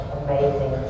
amazing